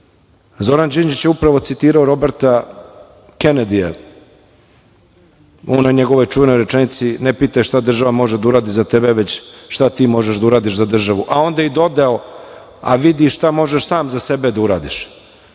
Zoran Đinđić je upravo citirao Roberta Kenedija u onoj njegovoj čuvenoj rečenici – Ne pitaj šta država može da uradi za tebe, već šta ti možeš da uradiš za državu, a onda i dodao – A vidi šta možeš sam za sebe da uradiš.